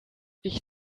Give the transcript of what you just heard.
ich